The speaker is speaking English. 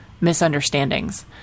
misunderstandings